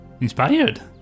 inspired